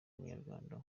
munyarwanda